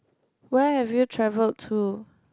where have you traveled to